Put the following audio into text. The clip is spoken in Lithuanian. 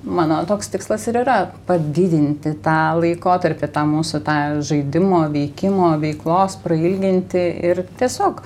mano toks tikslas ir yra padidinti tą laikotarpį tą mūsų tą žaidimo veikimo veiklos prailginti ir tiesiog